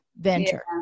venture